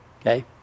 okay